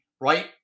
right